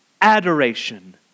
adoration